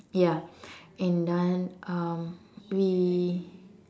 ya and then um we